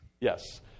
Yes